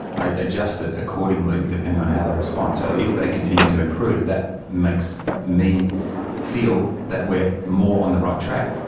i adjust it accordingly according depending on how they respond. so if they continue to improve, that makes me feel that we are more on the right track.